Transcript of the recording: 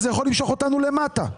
זה יכול למשוך אותנו מטה,